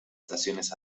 estaciones